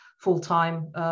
full-time